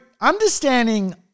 understanding